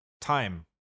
time